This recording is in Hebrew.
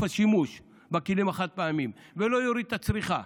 השימוש בכלים החד-פעמיים ולא יוריד את הצריכה